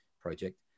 project